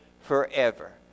forever